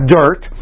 dirt